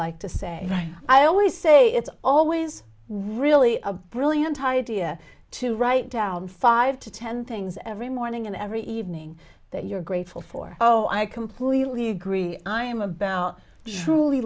like to say i always say it's always really a brilliant idea to write down five to ten things every morning and every evening that you're grateful for oh i completely agree i am about truly